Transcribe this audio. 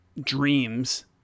dreams